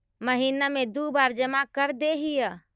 महिना मे दु बार जमा करदेहिय?